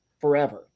forever